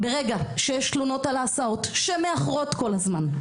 ברגע שיש תלונות על הסעות שמאחרות כל הזמן,